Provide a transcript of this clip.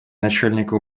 начальника